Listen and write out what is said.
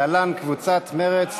להלן: קבוצת מרצ.